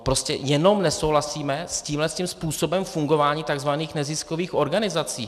Prostě jenom nesouhlasíme s tímhle způsobem fungování takzvaných neziskových organizací.